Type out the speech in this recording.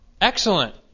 excellent